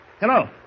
Hello